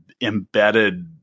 embedded